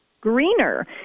greener